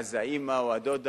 אז האמא או הדודה,